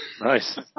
Nice